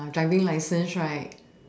driving license right